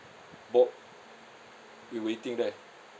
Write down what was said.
bob we waiting there